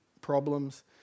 problems